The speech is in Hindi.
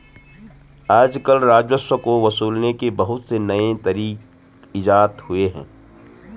आजकल राजस्व को वसूलने के बहुत से नये तरीक इजात हुए हैं